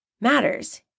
matters